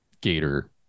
gator